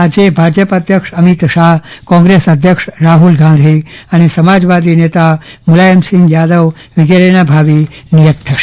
આજે ભાજપ અધ્યક્ષ અમિત શાહ કોગ્રેસ અધ્યક્ષ રાહ્લ ગાંધી સમાજવાદી નેતા મુલાયમસિંહ યાદવ વિગેરેના ભાવિ નિયત થસે